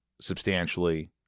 substantially